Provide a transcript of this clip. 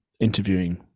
interviewing